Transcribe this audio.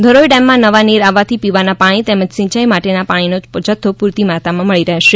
ધરોઈ ડેમમાં નવા નીર આવવાથી પીવાના પાણી તેમજ સિંચાઈ માટે પાણીનો જથ્થો પૂરતી માત્રામાં મળી રહેશે